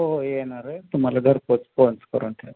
हो हो येणार आहे तुम्हाला घरपोच करून ठे